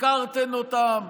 הפקרתם אותן,